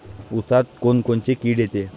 ऊसात कोनकोनची किड येते?